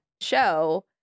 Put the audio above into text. show